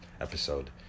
episode